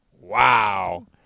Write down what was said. Wow